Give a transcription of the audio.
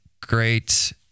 great